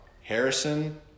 Harrison